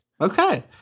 Okay